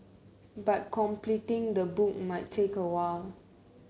but completing the book might take a while